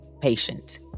patient